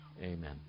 Amen